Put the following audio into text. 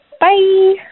bye